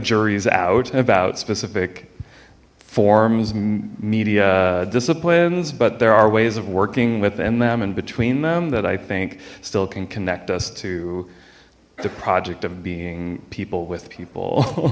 jury's out about specific forms media disciplines but there are ways of working within them and between them that i think still can connect us to the project of being people with people